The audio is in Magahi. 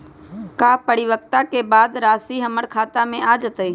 का परिपक्वता के बाद राशि हमर खाता में आ जतई?